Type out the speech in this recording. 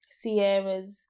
Sierra's